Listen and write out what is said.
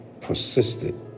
persisted